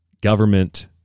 government